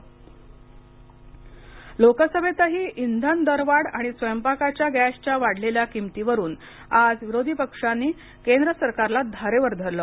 लोकसभा लोकसभेतही इंधन दरवाढ आणि स्वयंपाकाच्या गॅसच्या वाढलेल्या किमतीवरून आज विरोधी पक्षांनी केंद्र सरकारला धारेवर धरले